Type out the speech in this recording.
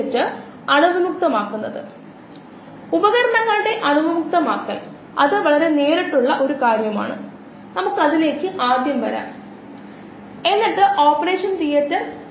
പൊതുവേ ഒരു മീഡിയത്തിൽ ഒരു കാർബൺ ഉറവിടം അടങ്ങിയിരിക്കുന്നു ഗ്ലൂക്കോസ് വളരെ സാധാരണ കാർബൺ ഉറവിടമാണ് സസ്യങ്ങളുടെ കാര്യത്തിൽ കാർബൺ ഡൈ ഓക്സൈഡ് കാർബൺ ഉറവിടമാണെന്ന് നമ്മൾ സംസാരിച്ചു